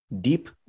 deep